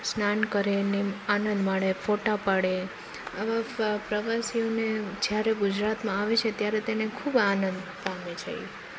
સ્નાન કરે ને આનંદ માણે ફોટાં પાડે અમુક પ્રવાસીઓને જ્યારે ગુજરાતમાં આવે છે ત્યારે તેને ખૂબ આનંદ પામે છે